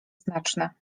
znaczne